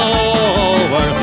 over